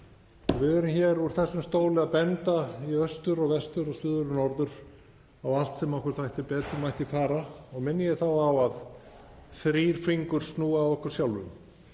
Við erum hér úr þessum stóli að benda í austur og vestur og suður og norður á allt sem okkur þætti að betur mætti fara. Minni ég þá á að þrír fingur snúa að okkur sjálfum.